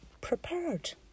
prepared